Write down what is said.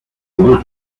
soll